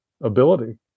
ability